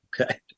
okay